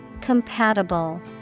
Compatible